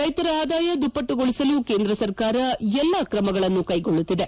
ರೈತರ ಆದಾಯ ದುಪ್ಪಟ್ಟುಗೊಳಿಸಲು ಕೇಂದ್ರ ಸರ್ಕಾರ ಎಲ್ಲಾ ಕ್ರಮಗಳನ್ನು ಕೈಗೊಳ್ಳುತ್ತಿದೆ